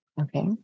Okay